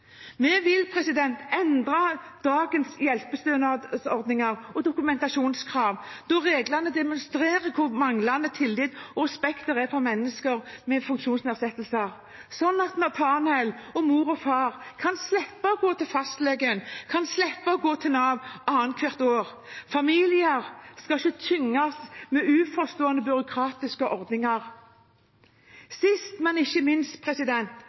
Vi vil endre dagens hjelpestønadsordninger og dokumentasjonskrav, da reglene demonstrerer hvor manglende tilliten og respekten er for mennesker med varige funksjonsnedsettelser, slik at Nathaniel og foreldrene hans kan slippe å måtte gå til fastlegen og Nav annet hvert år. Familier skal ikke tynges ned av uforståelige, byråkratiske ordninger. Sist, men ikke minst: